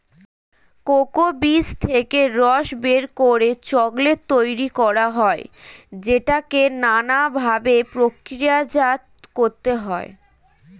cocoa বীজ থেকে রস বের করে চকোলেট তৈরি করা হয় যেটাকে নানা ভাবে প্রক্রিয়াজাত করতে হয়